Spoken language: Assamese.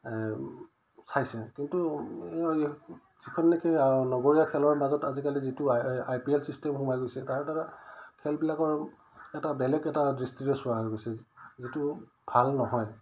চাইছে কিন্তু যিখন নেকি নগৰীয়া খেলৰ মাজত আজিকালি যিটো আ আই পি এল ছিষ্টেম সোমাই গৈছে তাৰ দ্বাৰা খেলবিলাকৰ এটা বেলেগ এটা দৃষ্টিৰে চোৱা হৈ গৈছে যিটো ভাল নহয়